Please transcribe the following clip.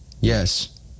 yes